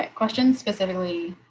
like questions specifically